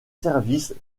services